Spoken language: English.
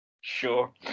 Sure